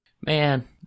Man